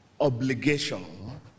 obligation